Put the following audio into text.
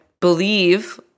believe